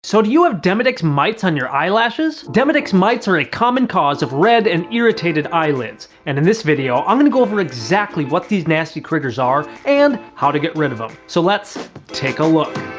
so do you have demodex mites on your eyelashes? demodex mites are a common cause of red and irritated eyelids and in this video i'm gonna go over exactly what these nasty critters are and how to get rid of them. so let's take a look